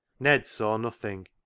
ned saw nothing.